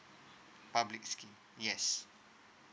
public scheme yes